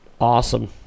Awesome